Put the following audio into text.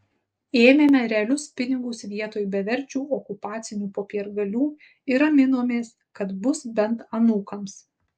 ėmėme realius pinigus vietoj beverčių okupacinių popiergalių ir raminomės kad bus bent anūkams